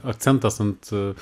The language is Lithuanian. akcentas ant